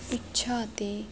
ਇੱਛਾ ਅਤੇ